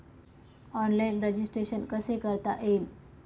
Online registration कसे करता येईल?